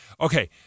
Okay